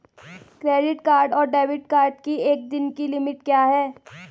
Credit card और debit card की एक दिन की लिमिट क्या है?